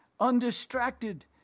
Undistracted